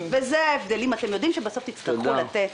זה ההבדל, אם אתם יודעים שבסוף תצטרכו לתת,